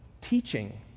Teaching